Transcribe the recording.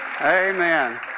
Amen